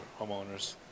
homeowners